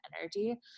energy